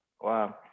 Wow